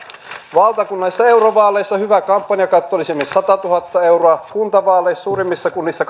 valtakunnallisissa eurovaaleissa hyvä kampanjakatto olisi esimerkiksi satatuhatta euroa kuntavaaleissa suurimmissa kunnissa